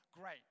Great